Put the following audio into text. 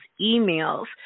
emails